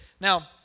Now